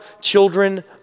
children